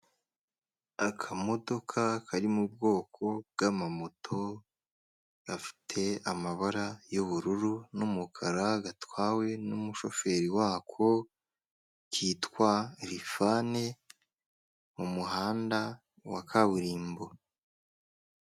Akamodoka kari mu bwoko bw'amamoto gafite amabara y'ubururu n'umukara gatwawe n'umushoferi wako kitwa rifani mu muhanda wa kaburimbo.